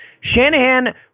Shanahan